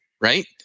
right